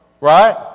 right